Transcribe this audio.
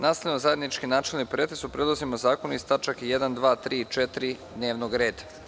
Nastavljamo zajednički načelni pretres o predlozima zakona iz tačaka 1, 2, 3. i 4. dnevnog reda.